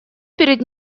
перед